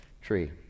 tree